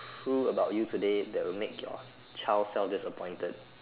true about you today that will make your child self disappointed